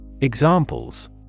Examples